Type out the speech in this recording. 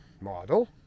model